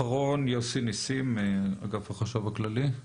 אחרון יוסי ניסים, אגף החשב הכללי.